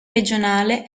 regionale